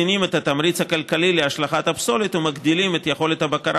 מקטינים את התמריץ הכלכלי להשלכת הפסולת ומגדילים את יכולת הבקרה,